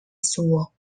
suor